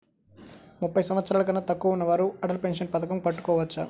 ముప్పై సంవత్సరాలకన్నా తక్కువ ఉన్నవారు అటల్ పెన్షన్ పథకం కట్టుకోవచ్చా?